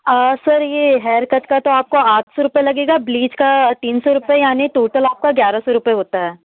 sir यह hair cut का तो आपको आठ सौ रुपय लगेगा ब्लीच का तीन सौ रुपये यानी टोटल आपका ग्यारह सौ रुपये होता है